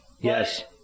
yes